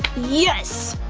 yes!